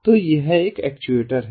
तो यह एक और एक्चुएटर है